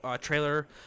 trailer